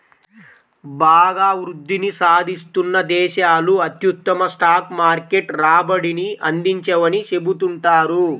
బాగా వృద్ధిని సాధిస్తున్న దేశాలు అత్యుత్తమ స్టాక్ మార్కెట్ రాబడిని అందించవని చెబుతుంటారు